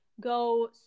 go